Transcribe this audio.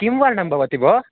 किं वर्णं भवति भोः